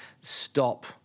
stop